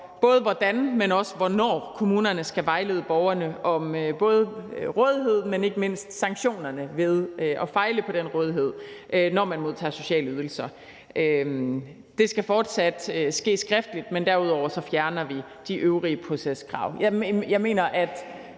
både hvordan, men også hvornår kommunerne skal vejlede borgerne om både rådighed og ikke mindst sanktionerne ved at fejle i forhold til den rådighed, når man modtager sociale ydelser. Det skal fortsat ske skriftligt, men derudover fjerner vi de øvrige proceskrav.